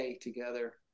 together